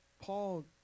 Paul